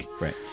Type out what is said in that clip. Right